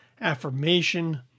affirmation